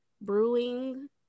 brewing